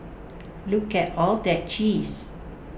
look at all that cheese